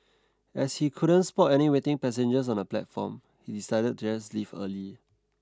as he couldn't spot any waiting passengers on the platform he decided to just leave early